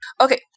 Okay